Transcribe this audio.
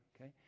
okay